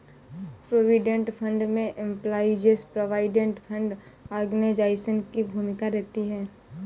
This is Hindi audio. प्रोविडेंट फंड में एम्पलाइज प्रोविडेंट फंड ऑर्गेनाइजेशन की भूमिका रहती है